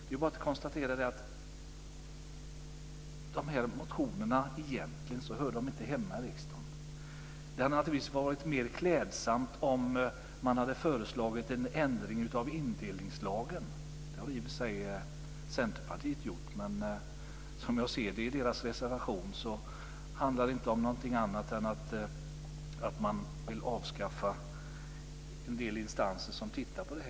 Jag kan konstatera att dessa motioner egentligen inte hör hemma i riksdagen. Det hade naturligtvis varit mer klädsamt om man hade föreslagit en ändring av indelningslagen. Det har i och för sig Centerpartiet gjort. Men såvitt jag förstår handlar deras reservation inte om något annat än att man vill avskaffa en del instanser som ser över detta.